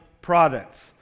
products